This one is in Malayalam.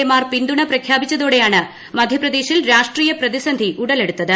എ മാർ പിന്തുണ പ്രഖ്യാപിച്ചതോടെയാണ് മധ്യപ്രദേശിൽ രാഷ്ട്രീയ പ്രതിസന്ധി ഉടലെടുത്തത്